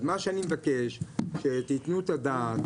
אז מה שאני מבקש שתתנו את הדעת,